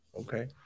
okay